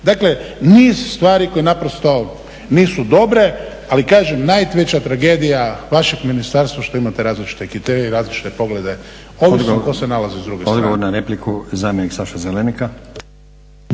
100%.Dakle, niz stvari koje naprosto nisu dobre, ali kažem, najveća tragedija vašeg ministarstva je što imate različite kriterije i različite poglede… **Stazić, Nenad